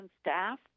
staff